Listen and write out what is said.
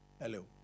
hello